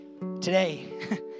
today